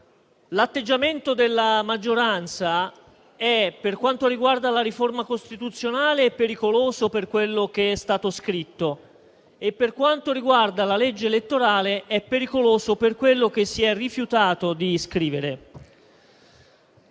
L'atteggiamento della maggioranza per quanto riguarda la riforma costituzionale, è pericoloso per quello che è stato scritto. E per quanto riguarda la legge elettorale, è pericoloso per quello che si è rifiutato di scrivere.